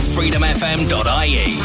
Freedomfm.ie